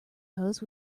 hose